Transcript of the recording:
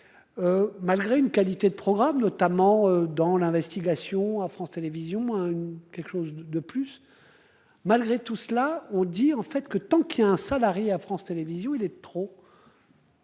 Malgré une qualité de programme, notamment dans l'investigation à France Télévisions une quelque chose de plus. Malgré tout cela on dit en fait que tant qu'il y a un salarié à France Télévisions. Il est trop.